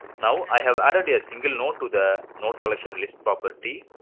now i have added a single node to the node collection list property.